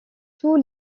tous